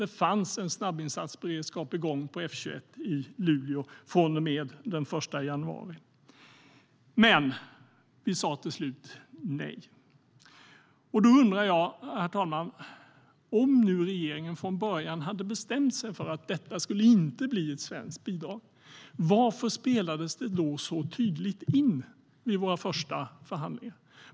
Det fanns en snabbinsatsberedskap igång på F 21 i Luleå från och med den 1 januari. Men vi sa till slut nej. Herr talman! Då undrar jag följande. Om regeringen från början hade bestämt sig för att detta inte skulle bli ett svenskt bidrag, varför spelades det då så tydligt in vid våra första förhandlingar?